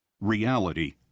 reality